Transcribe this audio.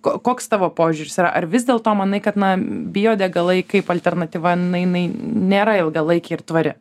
ko koks tavo požiūris yra ar vis dėlto manai kad na biodegalai kaip alternatyva na jinai nėra ilgalaikė ir tvari